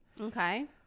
okay